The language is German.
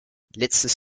letztes